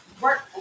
work